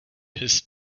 his